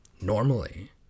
normally